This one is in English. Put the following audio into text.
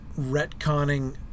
retconning